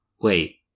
wait